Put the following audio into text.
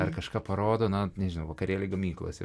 ar kažką parodo na nežinau vakarėliai gamyklose